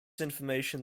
information